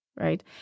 right